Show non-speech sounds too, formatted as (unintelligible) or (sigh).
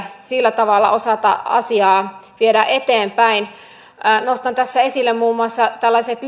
sillä tavalla osata asiaa viedä eteenpäin nostan tässä esille muun muassa tällaiset (unintelligible)